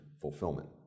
fulfillment